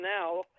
now